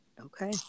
Okay